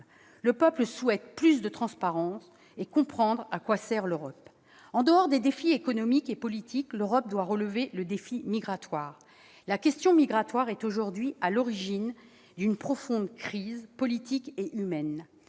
Le peuple souhaite plus de transparence et comprendre à quoi sert l'Europe. En dehors des défis économiques et politiques, l'Europe doit relever le défi migratoire. La question migratoire est aujourd'hui à l'origine d'une profonde crise politique et humaine.